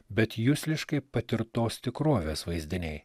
bet jusliškai patirtos tikrovės vaizdiniai